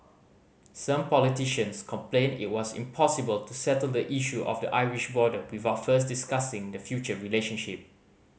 some politicians complained it was impossible to settle the issue of the Irish border without first discussing the future relationship